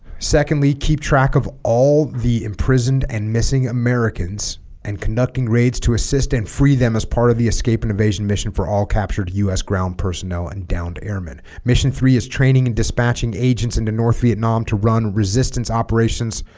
secondly keep track of all the imprisoned and missing americans and conducting raids to assist and free them as part of the escape invasion mission for all captured u s ground personnel and downed airmen mission three is training and dispatching agents into north vietnam to run resistance operations